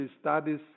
studies